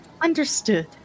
Understood